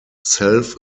self